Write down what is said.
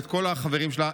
ואת כל החברים שלה,